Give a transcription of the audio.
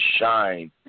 Shine